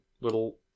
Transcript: little